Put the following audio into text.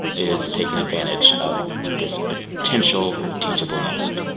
is taking advantage of this but potential teachable moment?